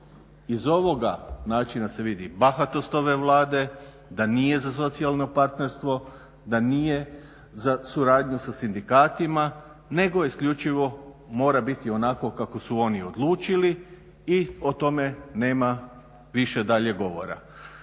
Iz ovoga načina se vidi bahatost ove Vlade, da nije za socijalno partnerstvo, da nije za suradnju sa sindikatima nego isključivo mora biti onako kako su oni odlučili i o tome nema više dalje govora.